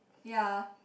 ya